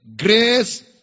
grace